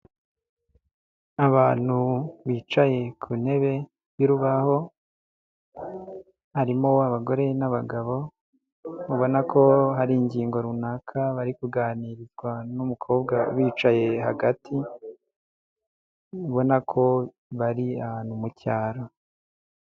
Abantu bicaye ku ntebe y'urubaho, harimo abagore n'abagabo ubona ko hari ingingo runaka bari kuganirirwa n'umukobwa ubicaye hagati, ubona ko bari ahantu mu cyaro.